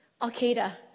Al-Qaeda